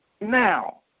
now